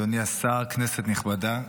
אדוני השר, כנסת נכבדה,